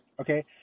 okay